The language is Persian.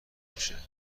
باشه